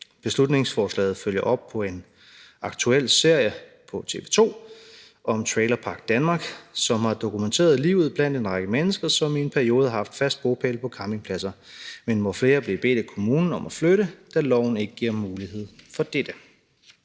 Beslutningsforslaget følger op på en aktuel serie på TV2 – »Trailerpark Danmark« – som har dokumenteret livet blandt en række mennesker, som i en periode har haft fast bopæl på campingpladser, men hvor flere er blevet bedt af kommunen om at flytte, da loven ikke giver mulighed for dette.